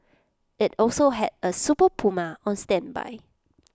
IT also had A super Puma on standby